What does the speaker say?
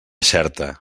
xerta